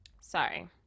Sorry